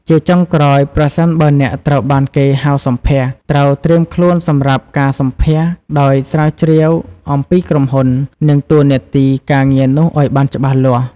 ជាចុងក្រោយ ប្រសិនបើអ្នកត្រូវបានគេហៅសម្ភាសន៍ ត្រូវត្រៀមខ្លួនសម្រាប់ការសម្ភាសន៍ ដោយស្រាវជ្រាវអំពីក្រុមហ៊ុន និងតួនាទីការងារនោះឱ្យបានច្បាស់លាស់។